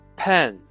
pen